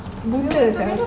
buta sia